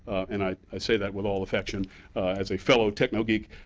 and i i say that with all affection as a fellow techno-geek,